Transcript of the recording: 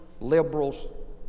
liberals